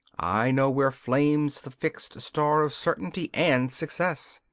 i know where flames the fixed star of certainty and success.